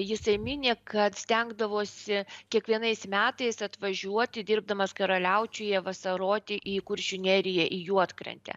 jisai mini kad stengdavosi kiekvienais metais atvažiuoti dirbdamas karaliaučiuje vasaroti į kuršių neriją į juodkrantę